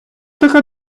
така